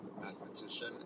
mathematician